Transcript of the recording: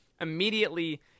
immediately